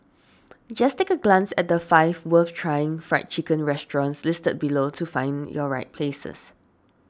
just take a glance at the five worth trying Fried Chicken restaurants listed below to find your right places